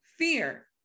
fear